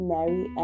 Mary